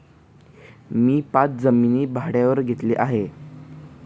मी पाच जमिनी भाड्यावर घेतल्या आहे